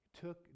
took